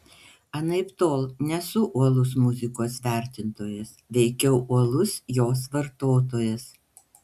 anaiptol nesu uolus muzikos vertintojas veikiau uolus jos vartotojas